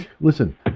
Listen